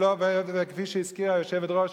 וכפי שהזכירה היושבת-ראש,